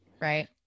right